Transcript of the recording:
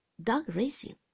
dog-racing